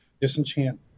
Disenchant